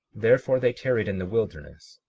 therefore, they tarried in the wilderness,